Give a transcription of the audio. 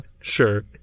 Sure